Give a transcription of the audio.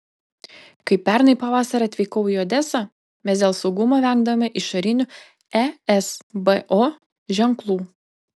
kai pernai pavasarį atvykau į odesą mes dėl saugumo vengdavome išorinių esbo ženklų